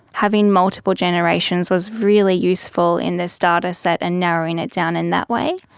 having multiple generations was really useful in the starter set and narrowing it down in that way.